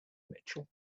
mitchell